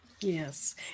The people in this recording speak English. Yes